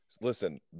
Listen